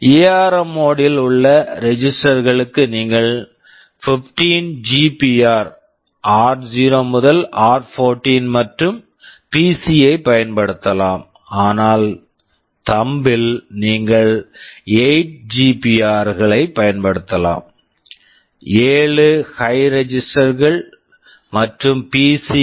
ARM ARM mode mode ல் உள்ள register register களுக்கு நீங்கள் 15 ஜிபிஆர் 15 GPR ஆர்0 r0 முதல் ஆர்14 r14 மற்றும் PC PC ஐ பயன்படுத்தலாம் ஆனால் தம்ப் thumb ல் நீங்கள் 8 ஜிபிஆர் 8 GPRs களைப் பயன்படுத்தலாம் 7 ஹை high ரெஜிஸ்டர் register கள் மற்றும் பிசி PC